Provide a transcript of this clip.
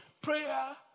prayer